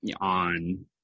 on